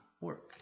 work